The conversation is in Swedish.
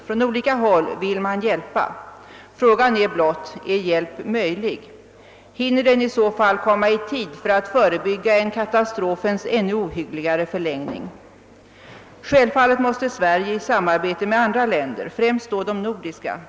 För olika kategorier byggherrar har detta lett till mycket allvarliga ekonomiska konsekvenser, vilka det måste vara av stort allmänt intresse att få redovisade.